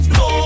no